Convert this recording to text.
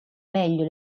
meglio